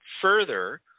further